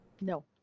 No